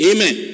Amen